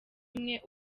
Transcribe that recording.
umwe